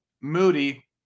Moody